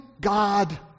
God